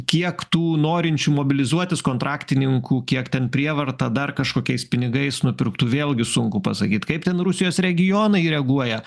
kiek tų norinčių mobilizuotis kontraktininkų kiek ten prievarta dar kažkokiais pinigais nupirktų vėlgi sunku pasakyt kaip ten rusijos regionai reaguoja